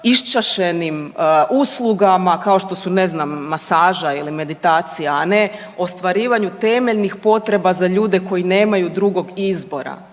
iščašenim uslugama kao što su ne znam masaža ili meditacija, a ne ostvarivanju temeljnih potreba za ljude koji nemaju drugog izbora,